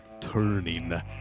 turning